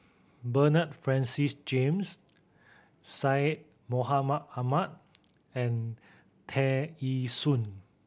Bernard Francis James Syed Mohamed Ahmed and Tear Ee Soon